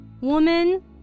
woman